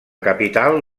capital